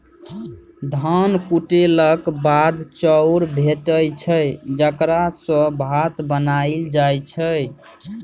धान कुटेलाक बाद चाउर भेटै छै जकरा सँ भात बनाएल जाइ छै